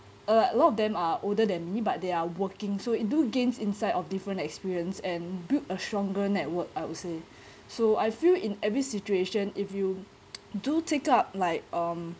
a lot of them are older than me but they are working so it do gains insight of different experience and build a stronger network I would say so I feel in every situation if you do take up like um